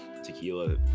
tequila